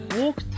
walk